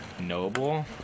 Noble